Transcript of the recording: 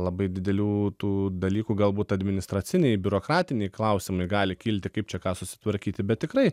labai didelių tų dalykų galbūt administraciniai biurokratiniai klausimai gali kilti kaip čia ką susitvarkyti bet tikrai